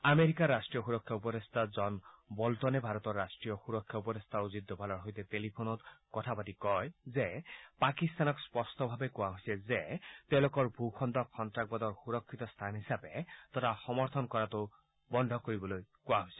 আমেৰিকাৰ ৰাষ্ট্ৰীয় সুৰক্ষা উপদেষ্টা জন বল্টনে ভাৰতৰ ৰাষ্ট্ৰীয় সুৰক্ষা উপদেষ্টা অজিত ডোভালৰ সৈতে টেলিফোনত কথাপাতি কয় যে পাকিস্তানক স্পষ্টভাৱে কোৱা হৈছে যে তেওঁলোকৰ ভূখণ্ডক সন্ত্ৰাসবাদৰ সূৰক্ষিত স্থান হিচাপে তথা সমৰ্থন কৰাটো বন্ধ কৰিবলৈ কোৱা হৈছে